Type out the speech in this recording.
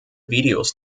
videos